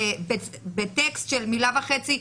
בטקסט של מילה וחצי,